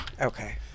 Okay